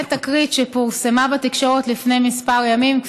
תקרית שפורסמה בתקשורת לפני כמה ימים,